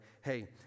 hey